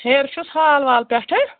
ہیر چھُس ہال وال پٮ۪ٹھٕ